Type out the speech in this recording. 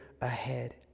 ahead